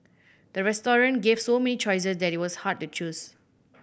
the restaurant gave so many choices that it was hard to choose